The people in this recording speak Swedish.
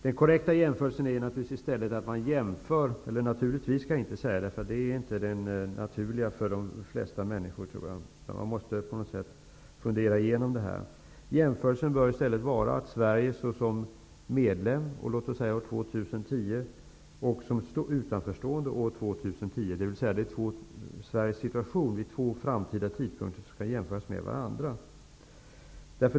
Den korrekta jämförelsen är naturligtvis en annan. Det skall jag egentligen inte säga, eftersom den inte är den naturliga för de flesta människor. Man måste på något sätt fundera igenom detta. Jämförelsen bör i stället göras mellan Sverige såsom medlem, låt oss säga år 2010, och som utanförstående år 2010. Det är Sveriges situation vid två framtida tidpunkter som skall jämföras med varandra.